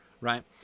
Right